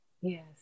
Yes